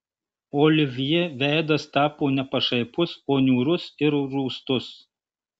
olivjė veidas tapo ne pašaipus o niūrus ir rūstus